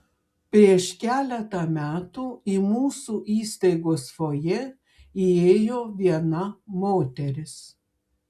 prieš keletą metų į mūsų įstaigos fojė įėjo viena moteris